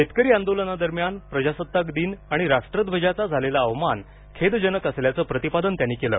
शेतकरी आंदोलनादरम्यान प्रजासत्ताक दिन आणि राष्ट्रध्वजाचा झालेला अवमान खेदजनक असल्याचं प्रतिपादन त्यांनी केलं